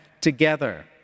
together